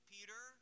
Peter